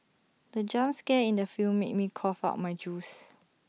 the jump scare in the film made me cough out my juice